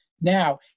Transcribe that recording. now